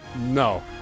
No